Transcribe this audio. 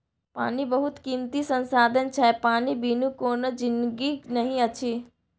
पानि बहुत कीमती संसाधन छै पानि बिनु कोनो जिनगी नहि अछि